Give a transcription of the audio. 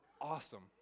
awesome